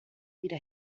wieder